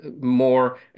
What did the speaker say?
more